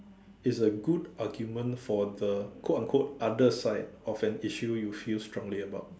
is a good argument for the quote unquote other side of an issue you feel strongly about